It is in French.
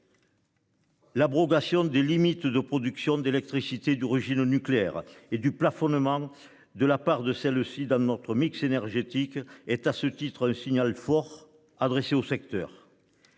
L'abrogation des limites de production d'électricité d'origine nucléaire et du plafonnement de la part de celles-ci dans notre mix énergétique est à ce titre signal fort, adressé au secteur.